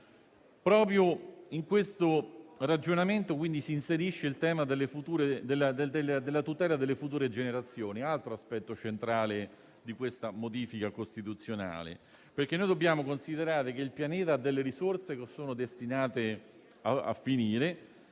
Proprio in questo ragionamento, quindi, si inserisce il tema della tutela delle future generazioni, altro aspetto centrale di questa modifica costituzionale. Dobbiamo considerare che il Pianeta ha risorse destinate a terminare